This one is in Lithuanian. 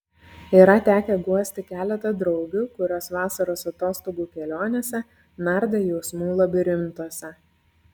yra tekę guosti keletą draugių kurios vasaros atostogų kelionėse nardė jausmų labirintuose